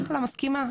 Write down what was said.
אחלה, מסכימה.